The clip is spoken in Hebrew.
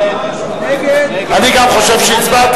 אני גם חושב שהצבעתי.